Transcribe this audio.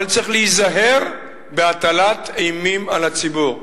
אבל צריך להיזהר בהטלת אימים על הציבור בישראל.